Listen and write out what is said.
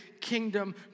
kingdom